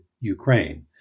Ukraine